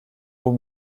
haut